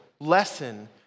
lesson